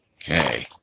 Okay